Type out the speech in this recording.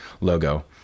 logo